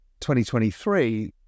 2023